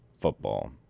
football